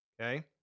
Okay